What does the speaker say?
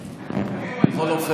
בכל אופן,